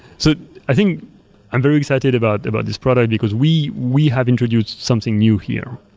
so i think i'm very excited about about this product, because we we have introduced something new here,